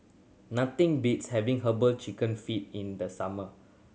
nothing beats having Herbal Chicken Feet in the summer